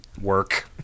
work